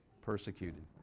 persecuted